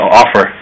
offer